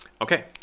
Okay